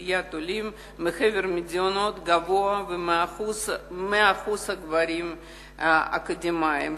אוכלוסיית העולים מחבר המדינות גבוה מאחוז הגברים האקדמאים,